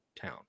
town